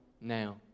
now